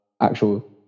actual